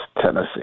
Tennessee